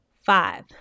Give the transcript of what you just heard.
Five